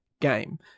game